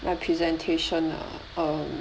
my presentation ah err